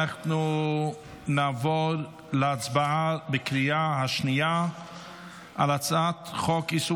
אנחנו נעבור להצבעה בקריאה השנייה על הצעת חוק איסור